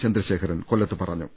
ചന്ദ്രശേഖരൻ കൊല്ലത്ത് പറഞ്ഞു